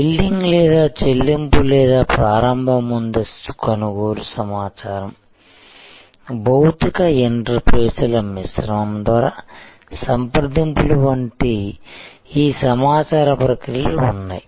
billing లేదా చెల్లింపు లేదా ప్రారంభ ముందస్తు కొనుగోలు సమాచారం భౌతిక ఇంటర్ఫేస్ల మిశ్రమం ద్వారా సంప్రదింపులు వంటి ఈ సమాచార ప్రక్రియలు ఉన్నాయి